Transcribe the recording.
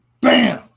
Bam